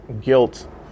guilt